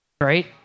Right